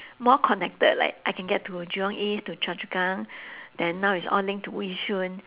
more connected like I can get to jurong east to chua chu kang then now is all linked to yishun